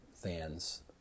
fans